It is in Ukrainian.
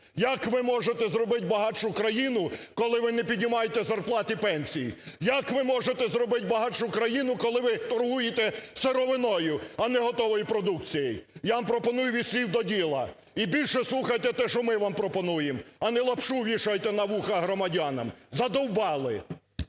Як ви можете зробити багатшу країну, коли ви не піднімаєте зарплати і пенсії? Як ви можете зробити багатшу країну, коли ви торгуєте сировиною, а не готовою продукцією? Я вам пропоную від слів до діла, і більше слухайте те, що ми вам пропонуємо, а нелапшу вішайте на вуха громадянам. Задовбали!